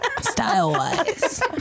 style-wise